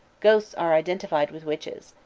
ghosts are identified with witches.